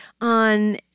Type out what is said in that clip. on